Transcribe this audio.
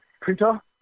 printer